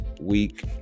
week